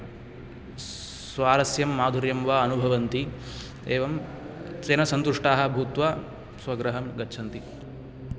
स्वारस्यं माधुर्यं वा अनुभवन्ति एवं तेन सन्तुष्टाः भूत्वा स्वगृहं गच्छन्ति